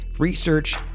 Research